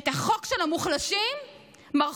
את החוק של המוחלשים מרחו.